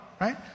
Right